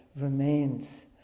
remains